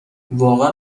واقعا